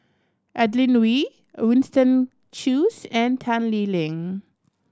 Adeline Ooi Winston Choos and Tan Lee Leng